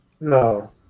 No